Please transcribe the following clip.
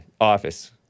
office